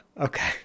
Okay